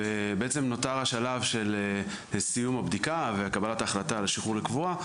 ובעצם נותר השלב של סיום הבדיקה וקבלת ההחלטה לשחרור לקבורה,